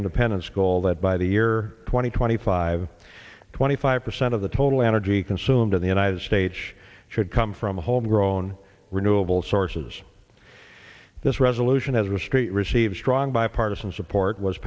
independence call that by the year twenty twenty five twenty five percent of the total energy consumed in the united states should come from homegrown renewable sources this resolution as a street received strong bipartisan support was